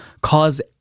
cause